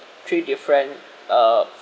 three different uh